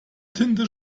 tinte